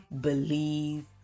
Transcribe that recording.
believe